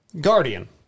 Guardian